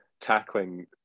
tackling